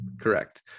Correct